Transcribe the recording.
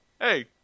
hey